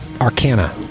Arcana